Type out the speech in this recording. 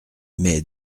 mais